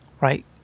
Right